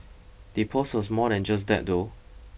the post was more than just that though